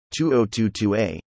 2022a